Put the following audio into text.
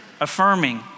affirming